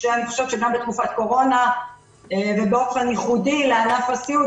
שאני חושבת שגם בתקופת קורונה ובאופן ייחודי לאגף הסיעוד,